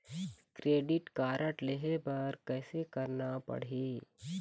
Credit card लेहे बर कैसे करना पड़ही?